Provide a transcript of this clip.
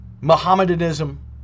Mohammedanism